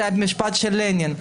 זה משפט של לנין,